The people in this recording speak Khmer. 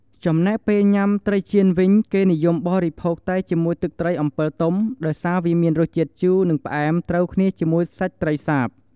ចំណែកពេលញុាំត្រីចៀនវិញ គេនិយមបរិភោគតែជាមួយទឹកត្រីអម្ពិលទុំ ដោយសារវាមានរសជាតិជូរ និងផ្អែមត្រូវគ្នាជាមួយសាច់ត្រីសាប។